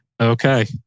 Okay